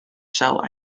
shell